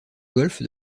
golf